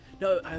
No